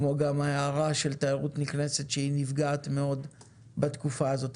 כמו גם ההערה של תיירות נכנסת שהיא נפגעת מאוד בתקופה הזאת.